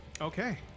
Okay